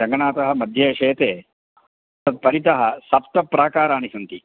रङ्गनाथः मध्ये शेते तत्परितः सप्त प्राकाराणि सन्ति